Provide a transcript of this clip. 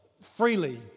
freely